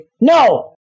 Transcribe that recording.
no